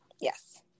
Yes